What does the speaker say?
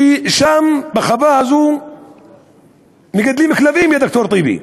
שם בחווה הזאת מגדלים כלבים, יא ד"ר טיבי.